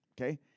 Okay